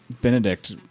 Benedict